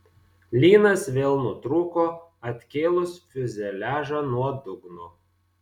lynas vėl nutrūko atkėlus fiuzeliažą nuo dugno